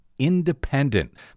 independent